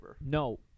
No